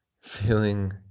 feeling